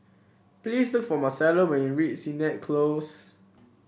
please look for Marcello when you reach Sennett Close